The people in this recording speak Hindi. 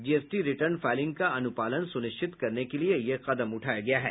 जीएसटी रिटर्न फायलिंग का अनुपालन सुनिश्चित करने के लिए यह कदम उठाया गया है